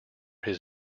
his